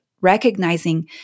recognizing